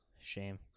Shame